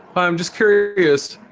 i'm just curious